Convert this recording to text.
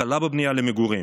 הקלה בבנייה למגורים,